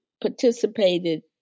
participated